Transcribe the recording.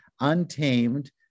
untamed